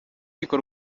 urukiko